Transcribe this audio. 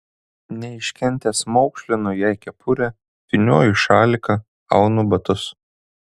neiškentęs maukšlinu jai kepurę vynioju šaliką aunu batus